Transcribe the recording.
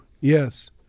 Yes